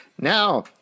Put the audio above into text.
Now –